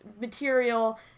material